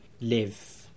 live